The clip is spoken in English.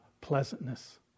pleasantness